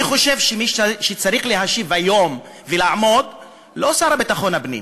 אני חושב שמי שצריך להשיב היום ולעמוד הוא לא השר לביטחון הפנים,